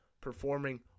performing